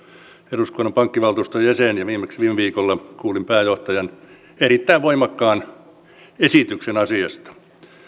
eduskunnan pankkivaltuuston jäsen ja viimeksi viime viikolla kuulin pääjohtajan erittäin voimakkaan esityksen asiasta